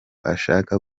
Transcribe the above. ashaka